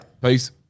Peace